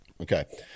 Okay